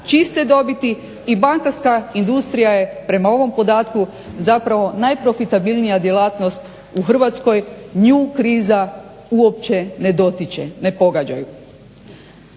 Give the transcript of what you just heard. čiste dobiti i bankarska industrija je prema ovom podatku zapravo najprofitabilnija djelatnost u Hrvatskoj, nju kriza uopće ne dotiče, ne pogađa ju.